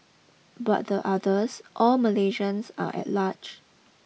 but the others all Malaysians are at large